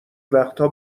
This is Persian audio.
وقتا